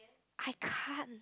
I can't